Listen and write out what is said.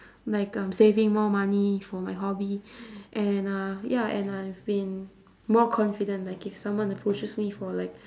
like um saving more money for my hobby and uh ya and I've been more confident like if someone approaches me for like